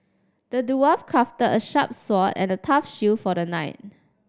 the dwarf crafted a sharp sword and a tough shield for the knight